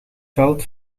veld